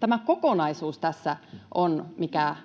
tämä kokonaisuus tässä on se, mikä